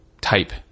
type